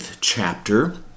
chapter